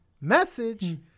message